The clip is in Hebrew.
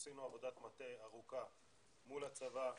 עשינו עבודת מטה ארוכה מול הצבא,